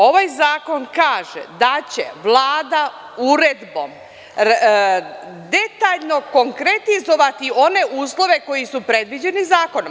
Ovaj zakon kaže da će Vlada uredbom detaljno konkretizovati one uslove koji su predviđeni zakonom.